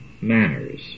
manners